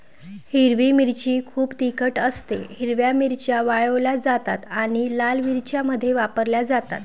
हिरवी मिरची खूप तिखट असतेः हिरव्या मिरच्या वाळवल्या जातात आणि लाल मिरच्यांमध्ये वापरल्या जातात